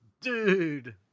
Dude